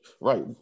Right